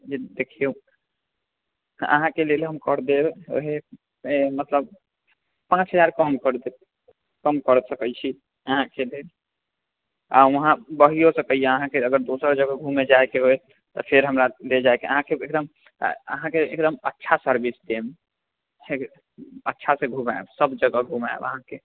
जे देखिऔ अहाँके लेल हम करि देब वएह मतलब पाँच हजार कम करि देब कम करि सकै छी अहाँके लेल आओर वहाँ बढ़िओ सकैए वहाँ अगर दोसर जगह घूमै जाइके होएत तऽ फेर हमरा लऽ जाइके अहाँके एकदम अहाँके एकदम अच्छा सर्विस देब अहाँके अच्छासँ घुमाएब सब जगह घुमाएब अहाँके